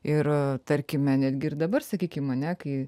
ir tarkime netgi ir dabar sakykim ane kai